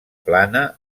plana